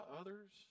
others